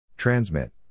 Transmit